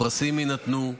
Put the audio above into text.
הפרסים יינתנו.